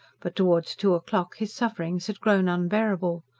but towards two o'clock his sufferings had grown unbearable.